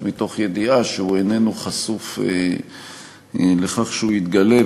מתוך ידיעה שהוא איננו חשוף לכך שהוא יתגלה,